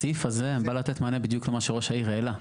הסעיף הזה בא לתת מענה בדיוק למה שראש העיר העלה.